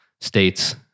states